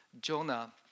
Jonah